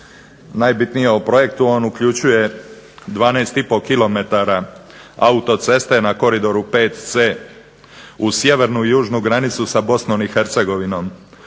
Najbitnije o projektu, on uključuje 12,5 km autoceste na koridoru 5C uz sjevernu i južnu granicu sa Bosnom i Hercegovinom.